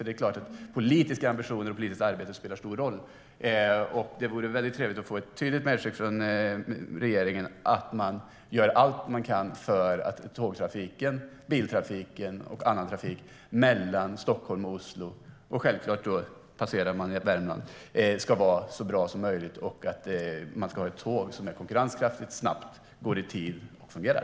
Det är klart att politiska ambitioner och politiskt arbete spelar stor roll, och det vore väldigt trevligt att få ett tydligt medskick från regeringen att man gör allt man kan för att tågtrafiken, biltrafiken och annan trafik mellan Stockholm och Oslo - där man självklart passerar Värmland - ska vara så bra som möjligt och att man har tåg som är konkurrenskraftigt, snabbt, går i tid och fungerar.